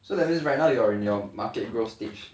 so that means right now you're in your market growth stage